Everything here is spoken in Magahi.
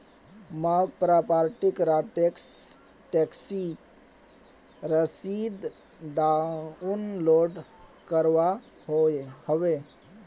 मौक प्रॉपर्टी र टैक्स टैक्सी रसीद डाउनलोड करवा होवे